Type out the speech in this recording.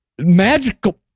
magical